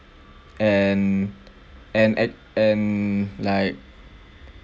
and and at and like